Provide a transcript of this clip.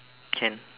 can